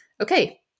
okay